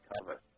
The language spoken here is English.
cover